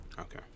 okay